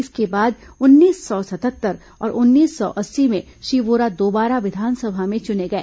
इसके बाद उन्नीस सौ सतहत्तर और उन्नीस सौ अस्सी में श्री वोरा दोबारा विधानसभा में चुने गए